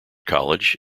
college